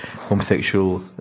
homosexual